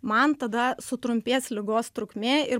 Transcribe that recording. man tada sutrumpės ligos trukmė ir